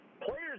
players